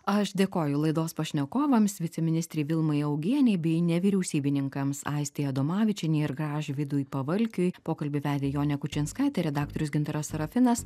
aš dėkoju laidos pašnekovams viceministrei vilmai augienei bei nevyriausybininkams aistei adomavičienei ir gražvydui pavalkiui pokalbį vedė jonė kučinskaitė redaktorius gintaras serafinas